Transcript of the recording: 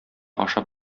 ашап